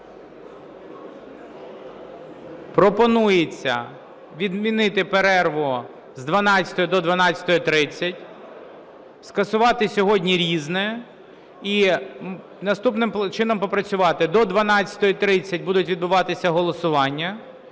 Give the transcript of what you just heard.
пропонується відмінити перерву з 12:00 до 12:30, скасувати сьогодні "Різне" і наступним чином сьогодні попрацювати: до 12:30 будуть відбуватися голосування,